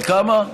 על כמה?